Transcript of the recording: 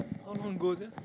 how long goes ah